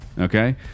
Okay